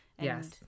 yes